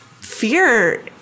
fear